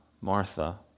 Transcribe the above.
Martha